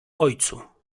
ojcu